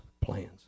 plans